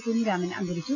കു ഞ്ഞിരാമൻ അന്തരിച്ചു